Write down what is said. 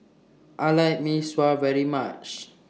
I like Mee Sua very much